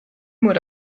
would